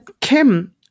Kim